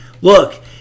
Look